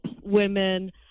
women